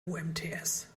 umts